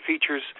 features